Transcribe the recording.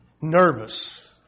nervous